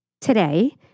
Today